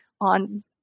on